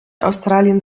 australien